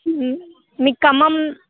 మీరు ఖమ్మం